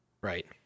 Right